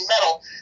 metal